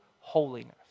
holiness